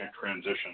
transition